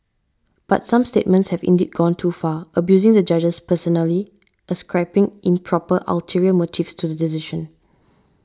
but some statements have indeed gone too far abusing the judges personally ascribing improper ulterior motives to the decision